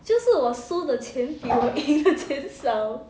就是我输的钱比我赢的钱少